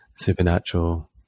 supernatural